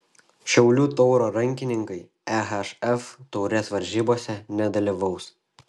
šiaulių tauro rankininkai ehf taurės varžybose nedalyvaus